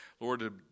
Lord